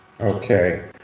Okay